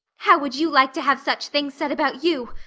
how would you like to have such things said about you?